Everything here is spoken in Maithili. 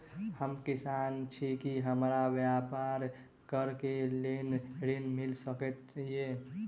हम किसान छी की हमरा ब्यपार करऽ केँ लेल ऋण मिल सकैत ये?